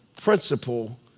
principle